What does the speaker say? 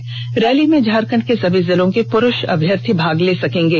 इस रैली में झारखण्ड के सभी जिलों के पुरूष अभ्यर्थी भाग ले सकेंगे